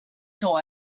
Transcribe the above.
door